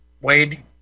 Wade